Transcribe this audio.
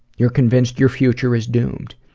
you're convinced your future is doomed.